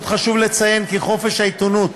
עוד חשוב לציין כי חופש העיתונות